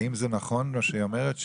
האם זה נכון מה שהיא אומרת,